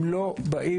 הם לא מסודרים.